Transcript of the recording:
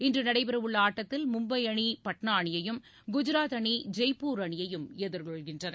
இன்று நடைபெறவுள்ள ஆட்டத்தில் மும்பை அணி பாட்னா அணியையும் குஜராத் அணி ஜெய்ப்பூர் அணியையும் எதிர்கொள்கின்றன